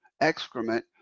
excrement